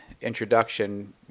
introduction